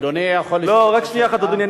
אדוני יכול לשאול, לא, רק שנייה אחת, אדוני.